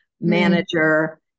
manager